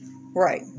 Right